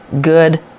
Good